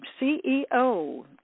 CEO